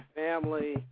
family